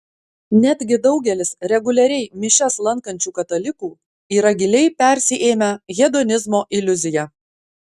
netgi daugelis reguliariai mišias lankančių katalikų yra giliai persiėmę hedonizmo iliuzija